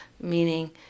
Meaning